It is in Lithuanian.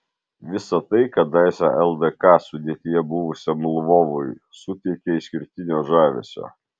visa tai kadaise ldk sudėtyje buvusiam lvovui suteikia išskirtinio žavesio